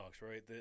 right